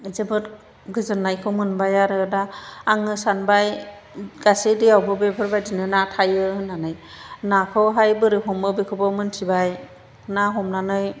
जोबोद गोजोननायखौ मोनबाय आरो दा आङो सानबाय गासै दैयावबो बेफोरबायदि ना थायो होननानै नाखौहाय बोरै हमो बेखौबो मोन्थिबाय ना हमनानै